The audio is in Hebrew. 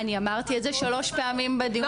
אני אמרתי את זה שלוש פעמים בדיון.